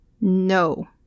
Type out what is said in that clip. No